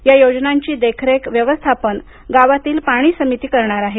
या योजनांची देखरेख व्यवस्थापन गावातील पाणी समिती करणार आहे